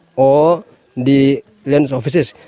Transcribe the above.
or the lands officers,